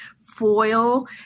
foil